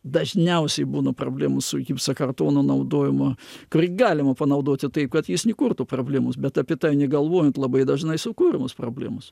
dažniausiai būna problemų su gipso kartono naudojimu kurį galima panaudoti taip kad jis nekurtų problemos bet apie tai negalvojant labai dažnai sukuriamos problemos